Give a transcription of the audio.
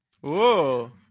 whoa